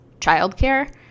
childcare